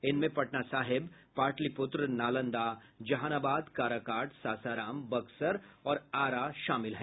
इनमें पटना साहिब पाटलिपुत्र नालंदा जहानाबाद काराकाट सासाराम बक्सर और आरा शामिल हैं